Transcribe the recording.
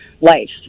life